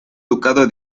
ducado